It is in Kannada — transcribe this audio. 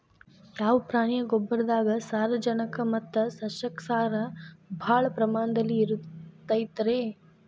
ಯಾವ ಪ್ರಾಣಿಯ ಗೊಬ್ಬರದಾಗ ಸಾರಜನಕ ಮತ್ತ ಸಸ್ಯಕ್ಷಾರ ಭಾಳ ಪ್ರಮಾಣದಲ್ಲಿ ಇರುತೈತರೇ?